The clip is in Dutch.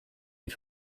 die